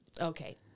Okay